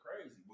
crazy